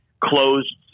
closed